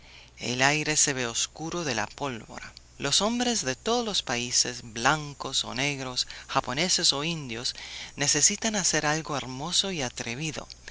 el aire se ve oscuro de la pólvora los hombres de todos los países blancos o negros japoneses o indios necesitan hacer algo hermoso y atrevido